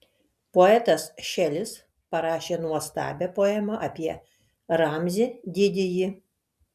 poetas šelis parašė nuostabią poemą apie ramzį didįjį